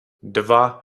dva